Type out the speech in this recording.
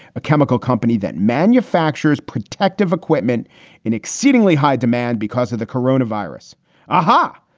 a chemical company that manufactures protective equipment in exceedingly high demand because of the coronavirus, ah huh?